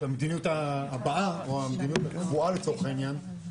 המדיניות הבאה או המדיניות הקבועה לצורך העניין,